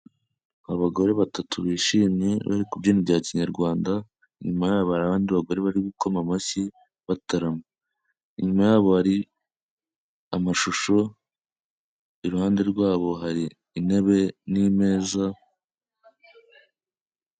Abagore batatu bishimye, bari kubyina ibya kinyarwanda, inyuma yabo hari abandi bagore bari gukoma amashyi batarama. Inyuma yabo hari amashusho, iruhande rwabo hari intebe n'imeza.